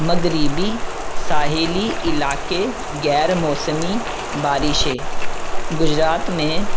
مغربی ساحلی علاقے غیر موسمی بارشیں گجرات میں